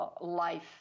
life